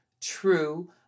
true